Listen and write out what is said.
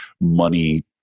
money